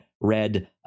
read